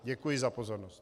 Děkuji za pozornost.